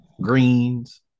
greens